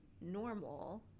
normal